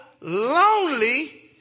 lonely